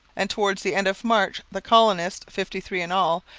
and towards the end of march the colonists, fifty-three in all,